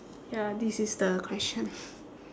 ya this is the question